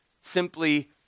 simply